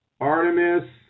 Artemis